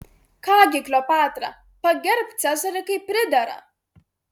ką gi kleopatra pagerbk cezarį kaip pridera